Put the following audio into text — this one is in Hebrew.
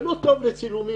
זה לא טוב לצילומים,